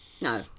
No